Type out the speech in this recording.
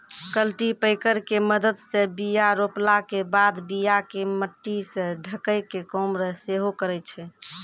cultipacker के मदत से बीया रोपला के बाद बीया के मट्टी से ढकै के काम सेहो करै छै